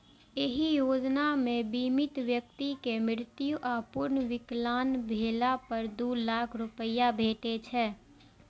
एहि योजना मे बीमित व्यक्ति के मृत्यु या पूर्ण विकलांग भेला पर दू लाख रुपैया भेटै छै